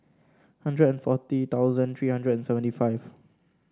hundred and forty thousand three hundred and seventy five